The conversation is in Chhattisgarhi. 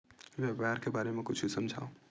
व्यापार के बारे म कुछु समझाव?